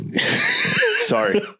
sorry